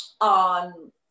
on